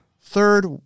third